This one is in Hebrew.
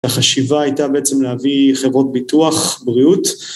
החשיבה הייתה בעצם להביא חברות ביטוח, בריאות.